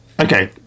okay